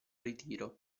ritiro